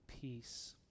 peace